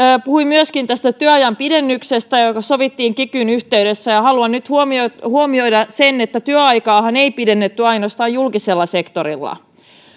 puhui myöskin tästä työajan pidennyksestä joka sovittiin kikyn yhteydessä haluan nyt huomioida sen että työaikaahan ei pidennetty ainoastaan julkisella sektorilla